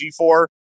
G4